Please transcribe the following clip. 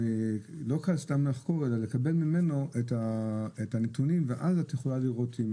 לא סתם לחקור אלא לקבל ממנו את הנתונים ואז את יכולה לראות.